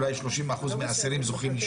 אולי 30% מהאסירים זוכים לשיקום,